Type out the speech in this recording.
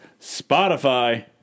Spotify